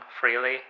freely